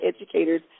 educators